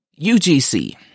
UGC